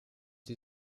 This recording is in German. sie